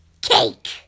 Cake